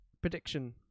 prediction